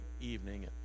evening